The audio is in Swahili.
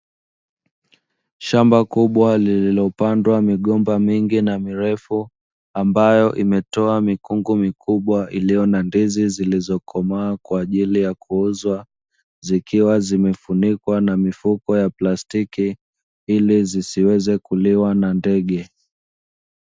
Shamba kubwa lililopandwa migomba mingi na mirefu ambayo imetoa mikungu mikubwa iliyo na ndizi zilizokomaa kwa ajili ya kuuzwa, zikiwa zimefunikwa na mifuko ya plastiki ili zisiweze kuliwa na ndege.